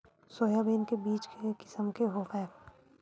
Soybean के बीज के किसम के हवय?